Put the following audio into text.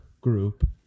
Group